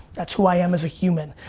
that's who i am as a human.